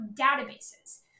databases